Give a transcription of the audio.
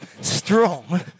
strong